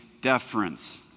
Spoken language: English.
deference